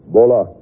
Bola